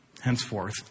Henceforth